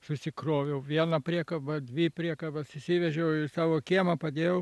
susikroviau vieną priekabą dvi priekabas įsivežiau į savo kiemą padėjau